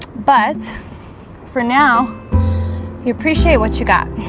but for now you appreciate what you got